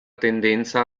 tendenza